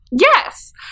Yes